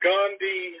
Gandhi